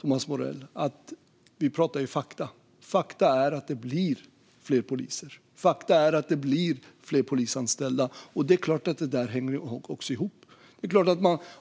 Thomas Morell, det är fakta vi pratar om. Fakta visar att det blir fler poliser. Fakta visar att det blir fler polisanställda. Det är klart att det där hänger ihop.